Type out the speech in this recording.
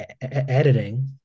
editing